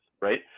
right